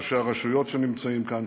ראשי רשויות שנמצאים כאן,